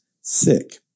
sick